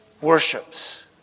worships